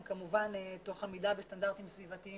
הם כמובן תוך עמידה בסטנדרטים סביבתיים